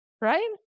right